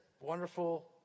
wonderful